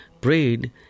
prayed